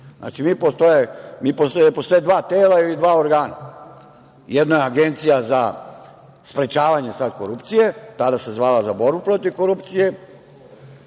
postoje dva tela i dva organa, jedno je Agencija za sprečavanje korupcije, tada se zvala za borbu protiv korupcije,